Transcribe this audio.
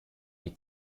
die